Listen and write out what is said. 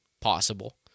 possible